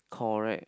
correct